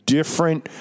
Different